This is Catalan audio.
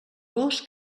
gos